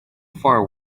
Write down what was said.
far